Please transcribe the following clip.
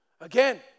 Again